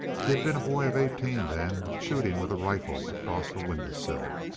he had been a boy of eighteen then, shooting with a rifle across a window sill.